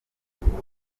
ntabwo